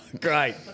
Great